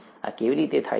આ કેવી રીતે થાય છે